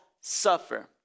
suffer